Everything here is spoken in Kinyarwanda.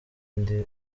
ndi